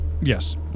Yes